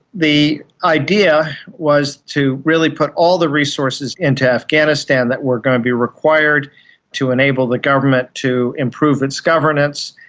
the idea was to really put all the resources into afghanistan that were going to be required to enable the government to improve its governance,